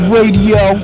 Radio